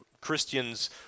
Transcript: Christians